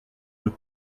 deux